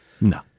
No